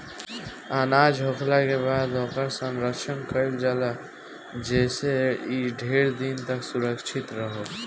अनाज होखला के बाद ओकर संरक्षण कईल जाला जेइसे इ ढेर दिन तक सुरक्षित रहो